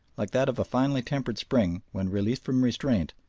like that of a finely tempered spring when released from restraint,